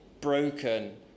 broken